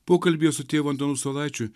pokalbyje su tėvu antanu saulaičiu